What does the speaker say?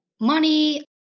money